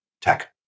tech